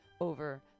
over